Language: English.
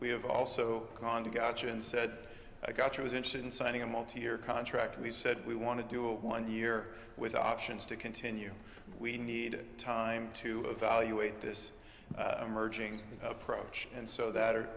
we have also gone to gotch and said i got you was interested in signing a multi year contract we said we want to do a one year with options to continue we need time to evaluate this merging approach and so that are